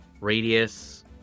radius